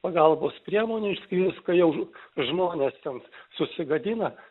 pagalbos priemonių išskyrus kai jau žmonės ten susigadina